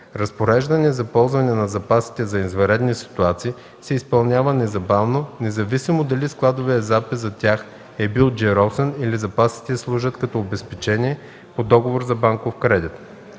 Разпореждане за ползване на запасите за извънредни ситуации се изпълнява незабавно, независимо дали складовия запис за тях е бил джиросан или запасите служат като обезпечение по договор за банков кредит.